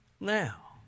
Now